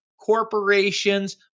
corporations